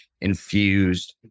infused